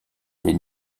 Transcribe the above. des